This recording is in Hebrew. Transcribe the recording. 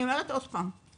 אני נשבעת לך,